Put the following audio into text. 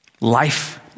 life